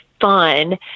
fun